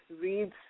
reads